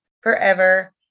forever